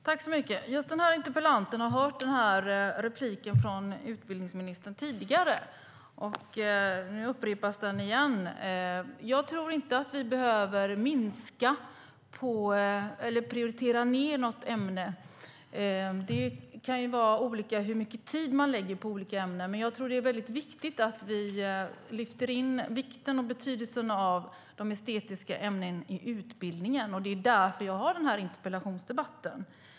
Herr talman! Just denna interpellant har hört detta från utbildningsministern tidigare, och nu upprepas det igen. Jag tror inte att vi behöver prioritera ned något ämne. Det är olika hur mycket tid man lägger på olika ämnen. Jag tror att det är viktigt att vi lyfter fram vikten och betydelsen av de estetiska ämnena i utbildningen. Det är därför vi har denna interpellationsdebatt.